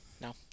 No